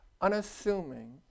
unassuming